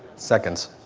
seconds?